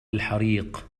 الحريق